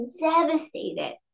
devastated